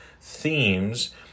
themes